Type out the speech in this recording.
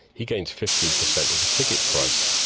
he gains fifteen percent of the ticket price.